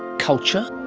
culture?